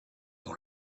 dans